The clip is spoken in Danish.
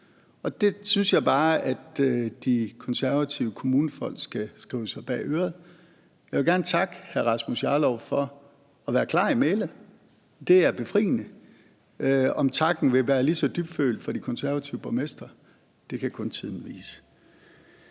Det synes jeg bare at de konservative kommunefolk skal skrive sig bag øret. Jeg vil gerne takke hr. Rasmus Jarlov for at være klar i mælet. Det er befriende. Om takken vil være lige så dybfølt fra de konservative borgmestre, kan kun tiden vise.